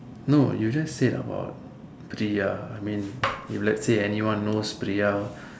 no you just said about Priya I mean if let's say if anyone knows Priya